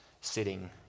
sitting